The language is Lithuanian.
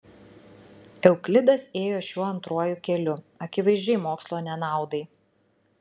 euklidas ėjo šiuo antruoju keliu akivaizdžiai mokslo nenaudai